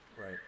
Right